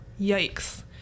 Yikes